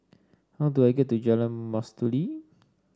how do I get to Jalan Mastuli